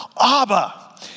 Abba